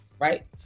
right